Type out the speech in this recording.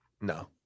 No